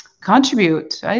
contribute